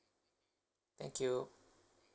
thank you